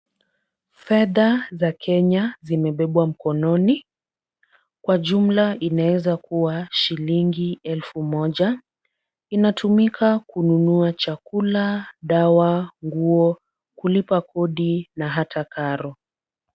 Fedha za Kenya zimebebwa mkononi. Kwa jumla inaweza kuwa shilingi elfu moja. Inatumika kununua chakula, dawa, nguo, kulipa kodi na hata karo.